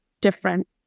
different